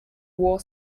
war